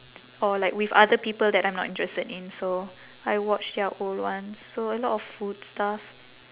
or like with other people that I'm not interested in so I watch their old ones so a lot of food stuff